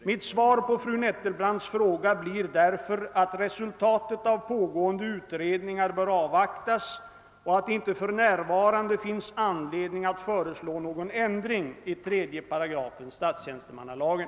Mitt svar på fru Nettelbrandts fråga blir därför att resultatet av pågående utredningar bör avvaktas och att det inte för närvarande finns anledning att föreslå någon ändring i 3 § statstjänstemannalagen.